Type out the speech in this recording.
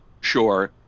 Sure